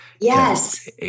Yes